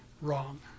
wrong